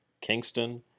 Kingston